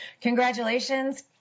congratulations